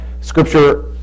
scripture